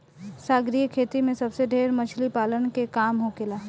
सागरीय खेती में सबसे ढेर मछली पालन के काम होखेला